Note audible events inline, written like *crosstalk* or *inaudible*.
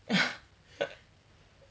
*laughs*